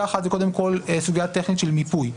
הראשונה, הטכנית, עסקה במיפוי.